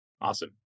Awesome